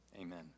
Amen